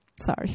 Sorry